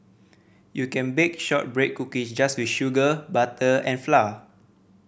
you can bake shortbread cookies just with sugar butter and flour